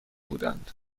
بودند